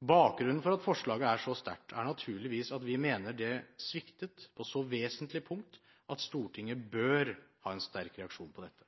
Bakgrunnen for at forslaget er så sterkt er naturligvis at vi mener det sviktet på så vesentlige punkter at Stortinget bør ha en sterk reaksjon på dette.